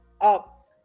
up